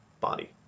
body